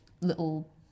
little